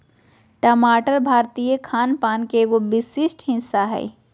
टमाटर भारतीय खान पान के एगो विशिष्ट हिस्सा हय